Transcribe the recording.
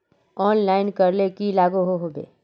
Online करले की लागोहो होबे?